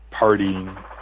partying